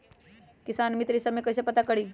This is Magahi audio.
किसान मित्र ई सब मे कईसे पता करी?